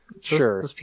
Sure